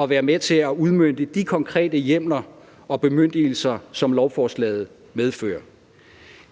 at være med til at udmønte de konkrete hjemler og bemyndigelser, som lovforslaget medfører.